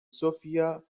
sophie